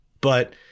but-